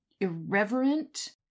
irreverent